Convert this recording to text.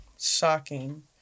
Shocking